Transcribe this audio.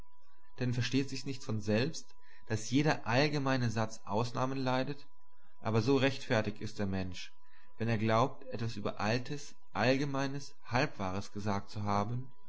denn versteht sich's nicht von selbst daß jeder allgemeine satz ausnahmen leidet aber so rechtfertig ist der mensch wenn er glaubt etwas übereiltes allgemeines halbwahres gesagt zu haben